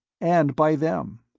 and by them.